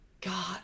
God